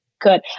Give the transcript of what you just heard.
good